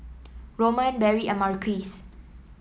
Roman Berry and Marquise